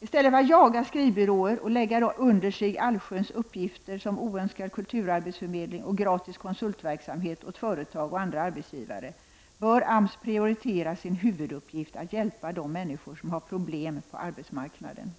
I stället för att jaga skrivbyråer och lägga under sig allsköns uppgifter som oönskad kulturarbetsförmedling och gratis konsultverksamhet åt företag och andra arbetsgivare, bör AMS prioritera sin huvuduppgift att hjälpa de människor som har problem på arbetsmarknaden.